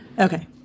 Okay